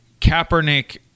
Kaepernick